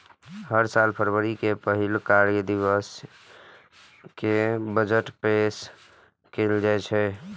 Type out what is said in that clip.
हर साल फरवरी के पहिल कार्य दिवस कें बजट पेश कैल जाइ छै